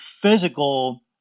physical